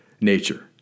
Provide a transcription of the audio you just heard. nature